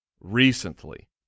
recently